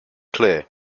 clear